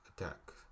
attack